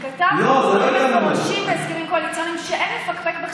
כי כתבתם דברים מפורשים בהסכמים הקואליציוניים שאין לפקפק בחשיבותם.